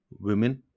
women